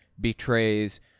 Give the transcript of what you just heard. betrays